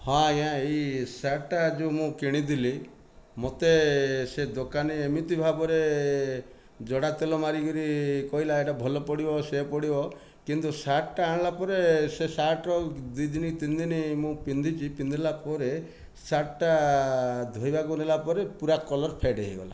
ହଁ ଆଜ୍ଞା ଏହି ଶାର୍ଟଟା ଯେଉଁ ମୁଁ କିଣିଥିଲି ମତେ ସେ ଦୋକାନୀ ଏମିତି ଭାବରେ ଜଡ଼ା ତେଲ ମାରିକିରି କହିଲା ଏହିଟା ଭଲ ପଡ଼ିବ ସିଏ ପଡ଼ିବ କିନ୍ତୁ ଶାର୍ଟଟା ଆଣିଲା ପରେ ସେ ଶାର୍ଟର ଦୁଇଦିନ ତିନିଦିନ ମୁଁ ପିନ୍ଧିଛି ପିନ୍ଧିଲା ପରେ ଶାର୍ଟଟା ଧୋଇବାକୁ ନେଲା ପରେ ପୁରା କଲର୍ ଫେଡ଼୍ ହୋଇଗଲା